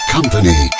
Company